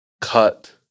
cut